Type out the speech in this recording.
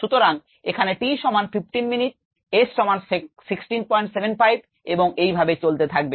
সুতরাং এখানে t সমান 15 মিনিট s সমান 1675 এবং এইভাবে চলতে থাকবে